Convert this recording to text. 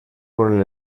con